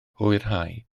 hwyrhau